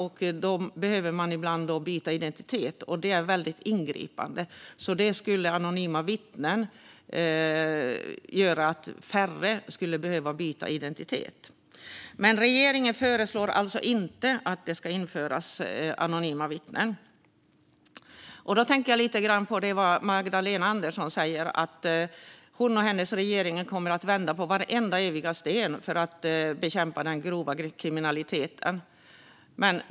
Då behöver man ibland byta identitet, vilket är väldigt ingripande. Anonyma vittnen skulle göra att färre behövde byta identitet. Men regeringen föreslår alltså inte att anonyma vittnen ska införas. Då tänker jag lite grann på det som Magdalena Andersson säger om att hon och hennes regering kommer att vända på vareviga sten för att bekämpa den grova kriminaliteten.